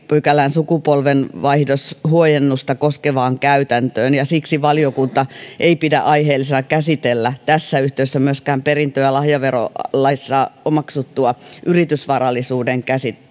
pykälän sukupolvenvaihdoshuojennusta koskevaan käytäntöön ja siksi valiokunta ei pidä aiheellisena käsitellä tässä yhteydessä myöskään perintö ja lahjaverolaissa omaksuttua yritysvarallisuuden